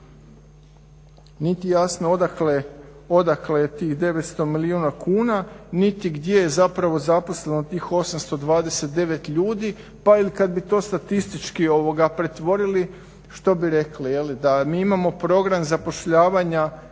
Niti jasno odakle je tih 900 milijuna kuna niti gdje je zapravo zaposleno tih 829 ljudi. Pa ili kada bi to statistički pretvorili što bi rekli je li, da mi imamo program zapošljavanja